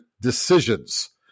decisions